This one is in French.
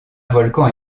volcan